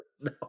no